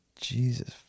Jesus